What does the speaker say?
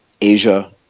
Asia